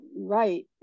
right